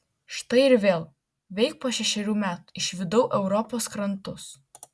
štai ir vėl veik po šešerių metų išvydau europos krantus